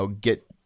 get